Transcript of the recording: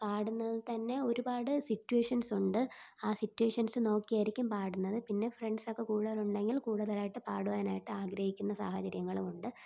പാടുന്നതില്ത്തന്നെ ഒരുപാട് സിറ്റുവേഷൻസ് ഉണ്ട് ആ സിറ്റുവേഷൻസ് നോക്കി ആയിരിക്കും പാടുന്നത് പിന്നെ ഫ്രണ്ട്സൊക്കെ കൂടുതലുണ്ടെങ്കിൽ കൂടുതലായിട്ട് പാടുവാൻ ആയിട്ട് ആഗ്രഹിക്കുന്ന സാഹചര്യങ്ങളും ഉണ്ട്